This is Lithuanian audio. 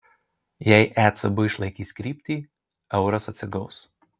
jei ecb išlaikys kryptį euras atsigaus